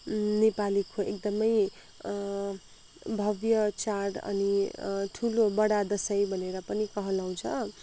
नेपालीको एकदमै भव्य चाड अनि ठुलो बडा दसैँ भनेर पनि कहलाउँछ